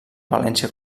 valència